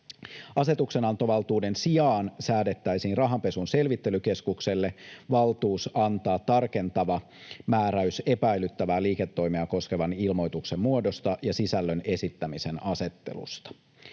Asetuksenantovaltuuden sijaan säädettäisiin Rahanpesun selvittelykeskukselle valtuus antaa tarkentava määräys epäilyttävää liiketoimea koskevan ilmoituksen muodosta ja sisällön esittämisen asettelusta.